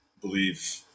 believe